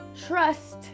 Trust